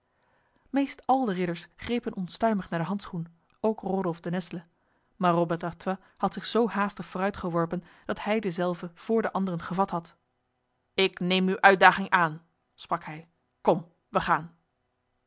meest al de ridders grepen onstuimig naar de handschoen ook rodolf de nesle maar robert d'artois had zich zo haastig vooruitgeworpen dat hij dezelve voor de anderen gevat had ik neem uw uitdaging aan sprak hij kom wij gaan